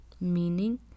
meaning